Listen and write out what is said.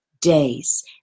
days